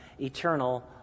eternal